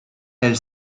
elle